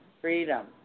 Freedom